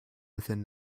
within